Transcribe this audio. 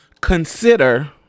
consider